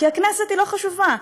כי הכנסת לא חשובה.